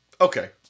Okay